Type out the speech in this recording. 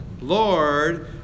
Lord